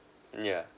yeah